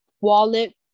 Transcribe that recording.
wallet